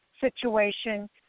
situation